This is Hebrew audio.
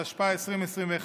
התשפ"א 2021,